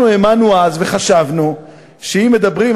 אנחנו האמנו אז וחשבנו שאם מדברים,